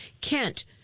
Kent